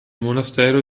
monastero